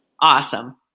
awesome